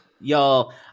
y'all